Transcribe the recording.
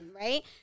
right